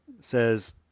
says